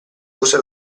usa